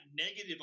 negative